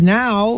now